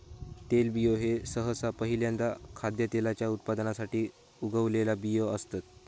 तेलबियो ह्यो सहसा पहील्यांदा खाद्यतेलाच्या उत्पादनासाठी उगवलेला बियो असतत